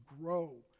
grow